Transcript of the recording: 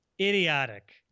Idiotic